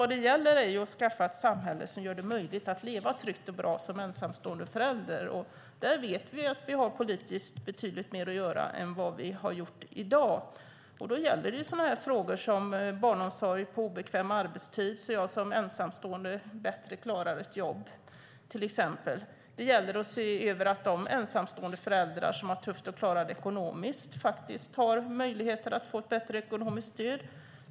Det gäller att skapa ett samhälle som gör det möjligt att leva tryggt och bra som ensamstående förälder. Vi vet att det politiskt finns betydligt mer att göra än vad vi har gjort i dag. Det gäller till exempel frågor om barnomsorg på obekväm arbetstid så att den ensamstående bättre klarar ett arbete. Det gäller att se över att de ensamstående föräldrar som har det tufft att klara det ekonomiska kan få bättre ekonomiskt stöd.